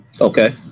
Okay